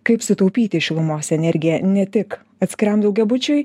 kaip sutaupyti šilumos energiją ne tik atskiram daugiabučiui